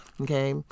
Okay